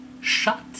shut